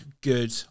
good